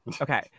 Okay